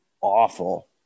awful